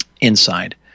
inside